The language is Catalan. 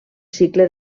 cicle